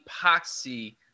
epoxy